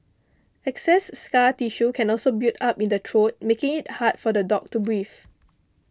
excess scar tissue can also build up in the true making it hard for the dog to breathe